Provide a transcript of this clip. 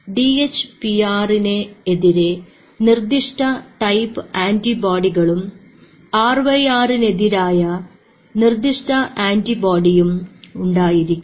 D H P ആറിനെതിരെ നിർദ്ദിഷ്ട type ആന്റിബോഡികളും ആർ വൈ ആറിനെതിരായ നിർദ്ദിഷ്ട ആന്റിബോഡിയും ഉണ്ടായിരിക്കണം